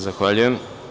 Zahvaljujem.